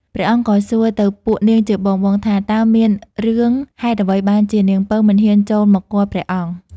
ព្រះអង្គក៏សួរទៅពួកនាងជាបងៗថា តើមានរឿងហេតុអ្វីបានជានាងពៅមិនហ៊ានចូលមកគាល់ព្រះអង្គ?